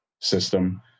system